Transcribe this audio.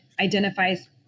identifies